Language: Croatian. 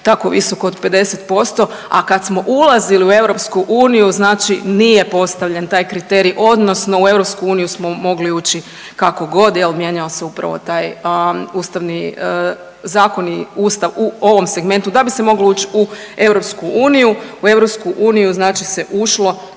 tako visoko od 50%, a kad smo ulazili u EU znači nije postavljen taj kriterij, odnosno u EU smo mogli ući kako god, je li, mijenjao se upravo taj ustavni, zakoni, Ustav u ovom segmentu da bi se moglo uć' u EU, u EU znači se ušlo